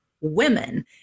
women